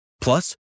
Plus